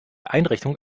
einrichtung